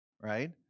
right